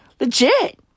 Legit